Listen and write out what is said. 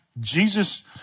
Jesus